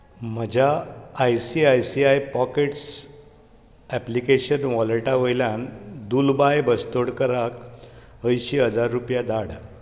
म्हज्या I C I C I pockets application वॉलेटा वयल्यान दुलबाय बस्तोडकाराक अंयशी हजार रुपया धाड